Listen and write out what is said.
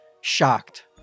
shocked